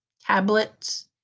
tablets